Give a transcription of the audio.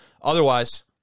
Otherwise